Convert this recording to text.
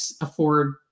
afford